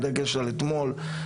בדגש על אתמול.